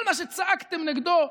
כל מה שצעקתם נגדו.